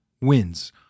wins